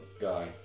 guy